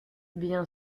bien